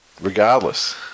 regardless